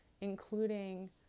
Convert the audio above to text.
including